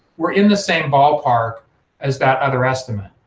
we're in the same ballpark as that other estimate.